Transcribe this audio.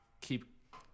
keep